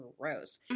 Gross